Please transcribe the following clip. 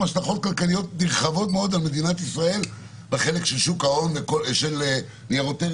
השלכות כלכליות נרחבות מאוד על מדינת ישראל בחלק של ניירות ערך,